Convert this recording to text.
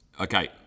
okay